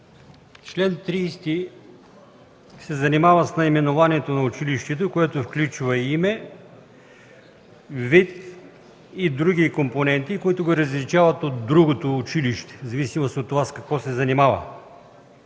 Член 30 се занимава с наименованието на училището, което включва име, вид и други компоненти, които го различават от другото училище, в зависимост от това с какво се занимава.